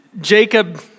Jacob